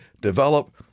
develop